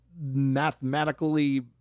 mathematically